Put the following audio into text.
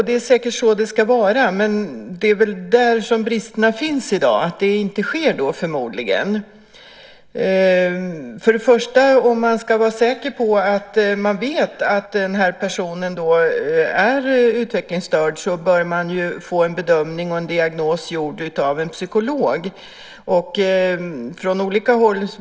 Det är säkert så det ska vara. Det är väl där som bristerna finns i dag, nämligen att det förmodligen inte sker. Först och främst: Om man säkert ska veta om personen är utvecklingsstörd bör det ske en bedömning och diagnos av en psykolog.